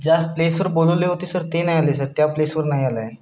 ज्या प्लेसवर बोलवले होते सर ते नाही आले सर त्या प्लेसवर ना नाही आलाय